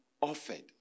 offered